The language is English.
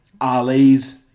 Ali's